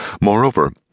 Moreover